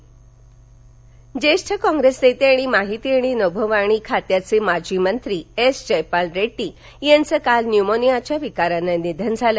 रेडडी निधन ज्येष्ठ कॉंग्रेस नेते आणि माहिती आणि नभोवाणी खात्याचे माजी मंत्री ऋ जयपाल रेङ्डी यांचं काल न्यूमोनियाच्या विकारानं निधन झालं